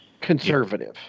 conservative